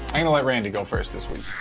i'm gonna let randi go first this week.